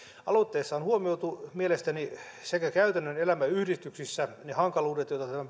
aloitteessa on mielestäni sekä huomioitu käytännön elämä yhdistyksissä ne hankaluudet